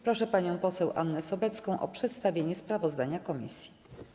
Proszę panią poseł Annę Sobecką o przedstawienie sprawozdania komisji.